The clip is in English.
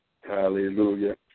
Hallelujah